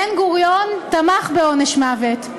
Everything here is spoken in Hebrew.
בן-גוריון תמך בעונש מוות.